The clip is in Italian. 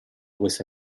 questa